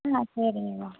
ம் ஆ சரிங்க மேம்